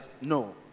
no